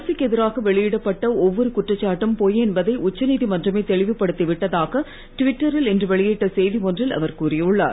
அரசுக்கு எதிராக வெளியிடப்பட்ட ஒவ்வொரு குற்றச்சாட்டும் பொய் என்பதை உச்ச நீதிமன்றமே தெளிவுபடுத்தி விட்டதாக ட்விட்டரில் இன்று வெளியிட்ட செய்தி ஒன்றில் அவர் கூறியுள்ளார்